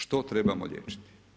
Što trebamo liječiti?